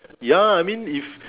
ya I mean if